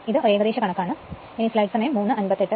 ഇത് നമ്മുടെ ഒരു ഏകദേശ കണക്ക് ആണ്